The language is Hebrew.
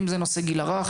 אם זה נושא הגיל הרך,